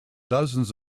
dozens